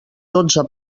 dotze